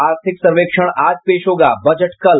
आर्थिक सर्वेक्षण आज पेश होगा बजट कल